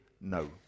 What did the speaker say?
no